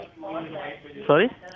Sorry